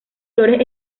flores